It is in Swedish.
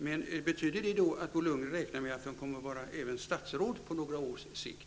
Men betyder det att Bo Lundgren räknar med att han också kommer att vara statsråd på några års sikt?